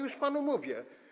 Już panu mówię.